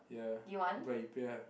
ya but you pay ah